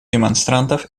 демонстрантов